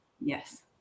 Yes